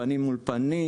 פנים מול פנים,